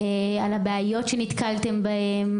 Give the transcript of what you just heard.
לבעיות שנתקלתן בהן,